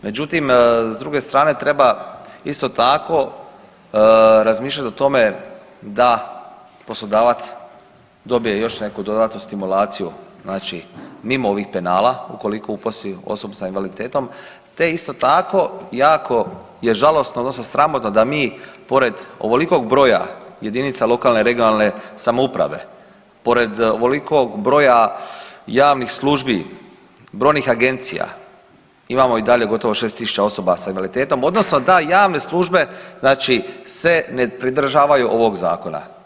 Međutim, s druge strane treba isto tako razmišljati o tome da poslodavac dobije još neku dodatnu stimulaciju, znači mimo ovih penala ukoliko uposli osobu sa invaliditetom, te isto tako jako je žalosno odnosno sramotno da mi pored ovolikog broja jedinica lokalne i regionalne samouprave, pored ovolikog broja javnih službi, brojnih agencija, imamo i dalje gotovo 6.000 osoba sa invaliditetom odnosno da javne službe znači se ne pridržavaju ovog zakona.